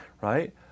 Right